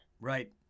Right